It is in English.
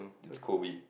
it's Kobe